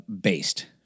based